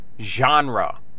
genre